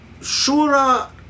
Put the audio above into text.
shura